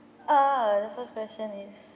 err the first question is